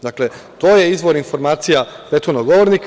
Dakle, to je izvor informacija prethodnog govornika.